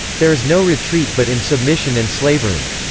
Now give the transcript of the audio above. there is no retreat but in submission and slavery!